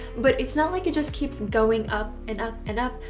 but it's not like it just keeps and going up and up and up,